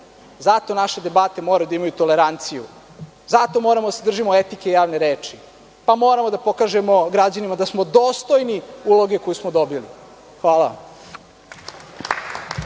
Zato naše debate moraju da imaju toleranciju, zato moramo da se držimo etike javne reči. Moramo da pokažemo građanima da smo dostojni uloge koje smo dobili. Hvala.